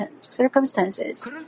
Circumstances